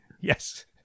yes